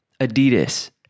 Adidas